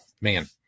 Man